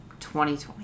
2020